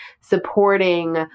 supporting